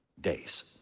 days